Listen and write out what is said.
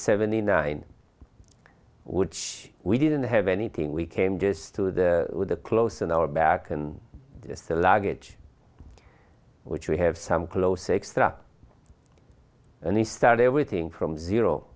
seventy nine which we didn't have anything we came just to the with the close in our back and said luggage which we have some close extra and the start everything from zero